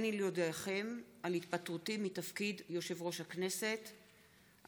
הריני להודיעכם על התפטרותי מתפקיד יושב-ראש הכנסת.